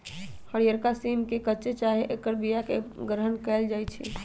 हरियरका सिम के कच्चे चाहे ऐकर बियाके ग्रहण कएल जाइ छइ